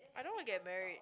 I don't want get married